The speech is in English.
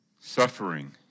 suffering